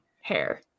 hair